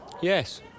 Yes